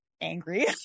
angry